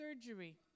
surgery